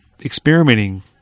experimenting